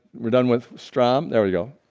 we're done with strom. there we go.